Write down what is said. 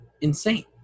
insane